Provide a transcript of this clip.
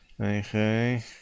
Okay